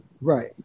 Right